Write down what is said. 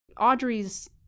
Audrey's